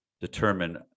determine